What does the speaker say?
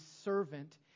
servant